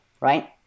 right